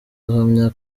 uhamya